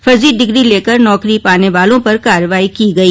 फर्जी डिग्री लेकर नौकरी पाने वालों पर कार्रवाई की गई